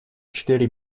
четыре